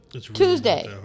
Tuesday